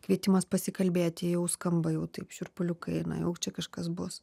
kvietimas pasikalbėti jau skamba jau taip šiurpuliukai na jau čia kažkas bus